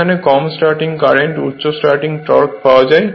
এখানে কম স্টার্টিং কারেন্টে উচ্চ স্টার্টিং টর্ক পাওয়া যায়